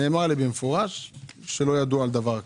נאמר לי במפורש שלא ידוע על דבר כזה.